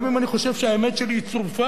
גם אם אני חושב שהאמת שלי היא צרופה,